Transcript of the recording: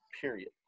Period